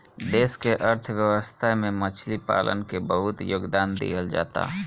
देश के अर्थव्यवस्था में मछली पालन के बहुत योगदान दीहल जाता